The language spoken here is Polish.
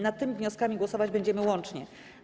Nad tymi wnioskami głosować będziemy łącznie.